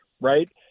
right